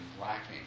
lacking